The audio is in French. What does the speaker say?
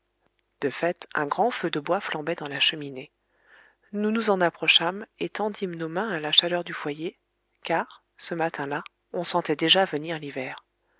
de fait un grand feu de bois flambait dans la cheminée nous nous en approchâmes et tendîmes nos mains à la chaleur du foyer car ce matin-là on sentait déjà venir l'hiver